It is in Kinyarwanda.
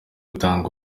gutanga